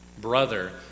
brother